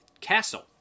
castle